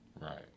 Right